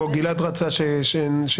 גלעד רצה שנכלול